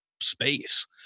space